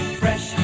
fresh